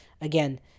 again